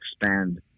expand